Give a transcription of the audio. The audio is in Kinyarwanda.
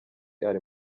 ari